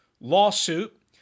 lawsuit